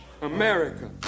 America